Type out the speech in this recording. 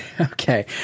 okay